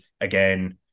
again